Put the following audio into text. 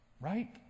right